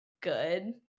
good